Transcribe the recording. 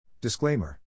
Disclaimer